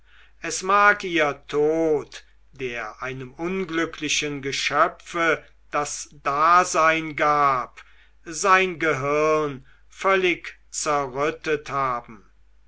es mag ihr tod der einem unglücklichen geschöpfe das dasein gab sein gehirn völlig zerrüttet haben